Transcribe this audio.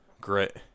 grit